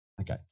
Okay